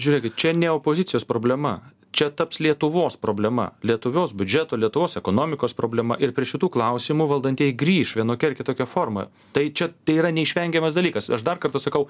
žiūrėkit čia ne opozicijos problema čia taps lietuvos problema lietuvios biudžeto lėtos ekonomikos problema ir prie šitų klausimų valdantieji grįš vienokia ar kitokia forma tai čia tai yra neišvengiamas dalykas aš dar kartą sakau